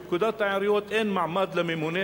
בפקודת העיריות אין מעמד לממונה,